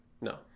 No